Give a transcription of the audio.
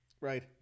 Right